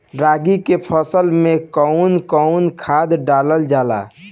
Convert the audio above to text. रागी के फसल मे कउन कउन खाद डालल जाला?